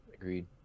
Agreed